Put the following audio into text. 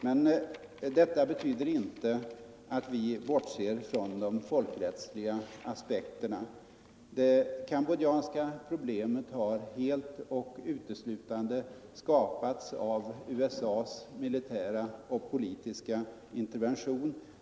Men detta betyder inte att = vissa regeringar vi bortser från de folkrättsliga aspekterna. Det kambodjanska problemet har helt och uteslutande skapats av USA:s militära och politiska intervention.